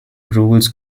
rules